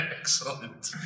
Excellent